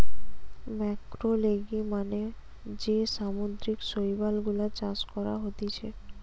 ম্যাক্রোলেগি মানে যে সামুদ্রিক শৈবাল গুলা চাষ করা হতিছে